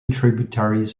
tributaries